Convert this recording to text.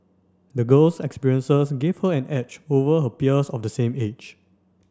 the girl's experiences give her an edge over her peers of the same age